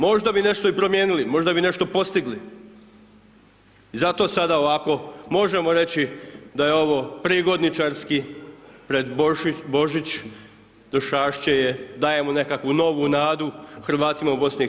Možda bi nešto i promijenili, možda bi nešto postigli i zato sada ovako možemo reći da je ovo prigodničarski, pred Božić, Došašće je, dajemo nekakvu novu nadu Hrvatima u BiH.